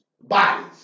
bodies